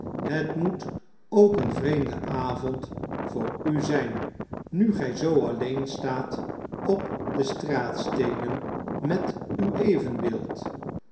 het moet ook een vreemde avond voor u zijn nu gn zoo alleen staat op de straatsteenen met uw evenbeeld